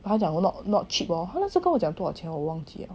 他讲 not not cheap lor 他是跟我讲多少钱我忘记了